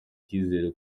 icyizere